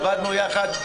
עבדנו יחד,